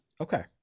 okay